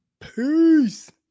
Peace